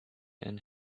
and